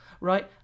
Right